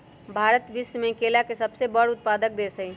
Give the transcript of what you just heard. भारत विश्व में केला के सबसे बड़ उत्पादक देश हई